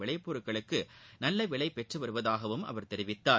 விளைப்பொருட்களுக்கு நல்ல விலை பெற்று வருவதாகவும் அவர் தெரிவித்தார்